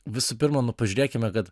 visų pirma nu pažiūrėkime kad